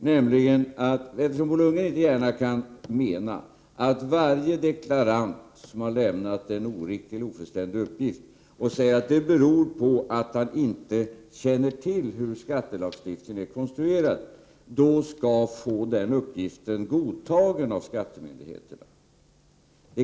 Bo Lundgren kan inte gärna mena att lagstiftningens innebörd skall vara att varje deklarant som har lämnat en oriktig eller ofullständig uppgift, och säger att det beror på att han inte känner till hur skattelagstiftningen är konstruerad, skall få den uppgiften godtagen av skattemyndigheterna.